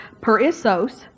perissos